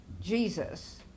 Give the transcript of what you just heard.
Jesus